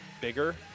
bigger